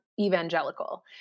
evangelical